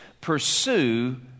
pursue